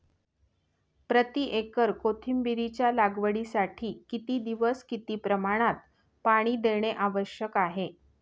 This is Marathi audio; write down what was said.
प्रति एकर कोथिंबिरीच्या लागवडीसाठी किती दिवस किती प्रमाणात पाणी देणे आवश्यक आहे?